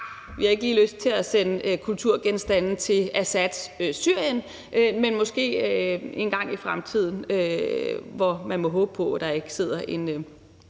at vi ikke lige har lyst til at sende kulturgenstande til, f.eks. Assads Syrien – måske engang i fremtiden, hvor man må håbe på at der ikke sidder en